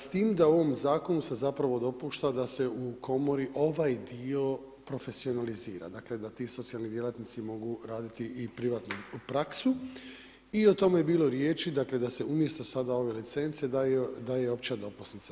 S tim da u ovom zakonu se zapravo dopušta da se u komori ovaj dio profesionalizira, da ti socijalni djelatnici mogu raditi privatnu praksu i o tome je bilo riječi da se umjesto sada ove licence daje opća dopusnica.